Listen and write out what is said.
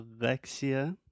alexia